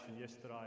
yesterday